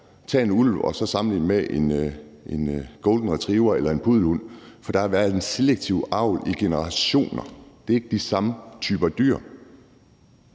tage en ulv og sammenligne den med en golden retriever eller en puddelhund, for der er foregået en selektiv avl igennem generationer; det er ikke de samme typer dyr.